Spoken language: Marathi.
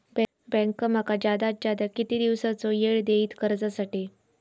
बँक माका जादात जादा किती दिवसाचो येळ देयीत कर्जासाठी?